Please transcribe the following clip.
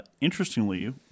interestingly